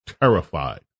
terrified